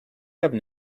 have